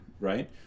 right